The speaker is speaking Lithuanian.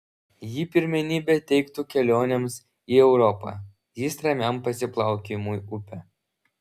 ji pirmenybę teiktų kelionėms į europą jis ramiam pasiplaukiojimui upe